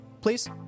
please